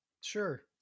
Sure